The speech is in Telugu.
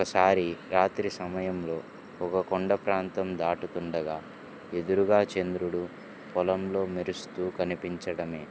ఒకసారి రాత్రి సమయంలో ఒక కొండ ప్రాంతం దాటుతుండగా ఎదురుగా చంద్రుడు పొలంలో మెరుస్తు కనిపించడం